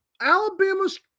Alabama's